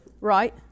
Right